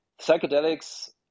psychedelics